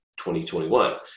2021